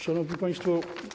Szanowni Państwo!